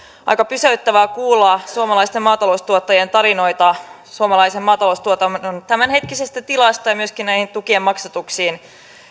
aika pysäyttävää kuulla suomalaisten maataloustuottajien tarinoita suomalaisen maataloustuotannon tämänhetkisestä tilasta ja myöskin näihin tukien maksatuksiin